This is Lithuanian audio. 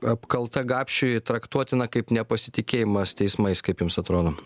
apkalta gapšiui traktuotina kaip nepasitikėjimas teismais kaip jums atrodo